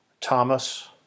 Thomas